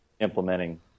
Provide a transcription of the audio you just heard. implementing